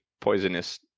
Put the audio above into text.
poisonous